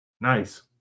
Nice